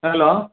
hello